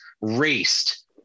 raced